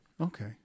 Okay